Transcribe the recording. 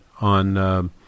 on